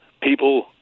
people